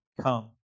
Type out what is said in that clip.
come